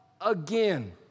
again